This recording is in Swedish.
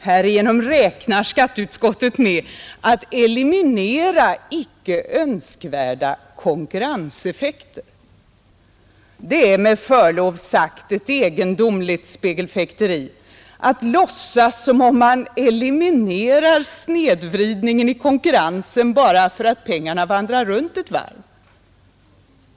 Härigenom räknar skatteutskottet med att eliminera icke önskvärda konkurrenseffekter. Det är med förlov sagt ett egendomligt spegelfäkteri att låtsas som om man eliminerar snedvridningen i konkurrensen bara för att pengarna vandrar runt ett varv.